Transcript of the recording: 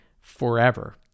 forever